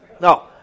no